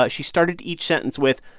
ah she started each sentence with,